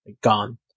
gone